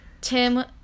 Tim